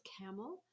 camel